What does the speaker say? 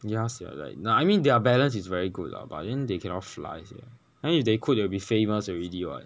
ya sia like I mean their balance is very good lah but then they cannot fly sia I mean if they could they will be famous already [what]